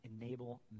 enable